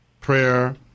prayer